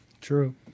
True